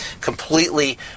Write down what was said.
completely